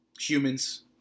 humans